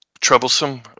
troublesome